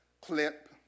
clip